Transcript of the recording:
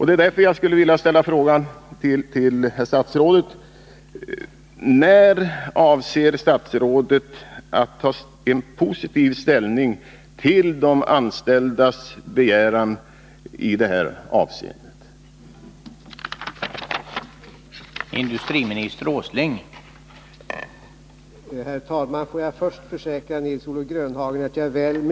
Det är därför jag skulle vilja ställa frågan till herr statsrådet: När avser statsrådet att ta positiv ställning till de anställdas begäran i det här avseendet? att bevara sysselsättningen i Sollefteå kommun